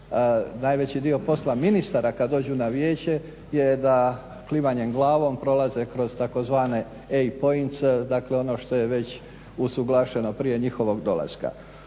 Najveći dio posla ministara kad dođu na Vijeće je da klimanje glavom prolaze kroz tzv. EI points, dakle ono što je već usuglašeno prije njihovog dolaska.